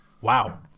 Wow